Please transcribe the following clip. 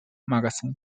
magazine